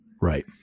Right